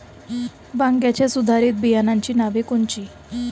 वांग्याच्या सुधारित बियाणांची नावे कोनची?